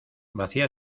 vacía